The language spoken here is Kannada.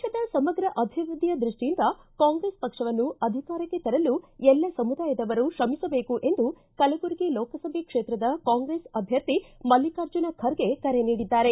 ದೇಶದ ಸಮಗ್ರ ಅಭಿವೃದ್ದಿಯ ದೃಷ್ಟಿಯಿಂದ ಕಾಂಗ್ರೇಸ್ ಪಕ್ಷವನ್ನು ಅಧಿಕಾರಕ್ಕೆ ತರಲು ಎಲ್ಲ ಸಮುದಾಯದವರು ಶ್ರಮಿಸಬೇಕು ಎಂದು ಕಲಬುರಗಿ ಲೋಕಸಭೆ ಕ್ಷೇತ್ರದ ಕಾಂಗ್ರೆಸ್ ಅಭ್ಯರ್ಥಿ ಮಲ್ಲಿಕಾರ್ಜುನ ಖರ್ಗೆ ಕರೆ ನೀಡಿದ್ದಾರೆ